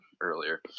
earlier